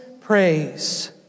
praise